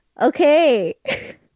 okay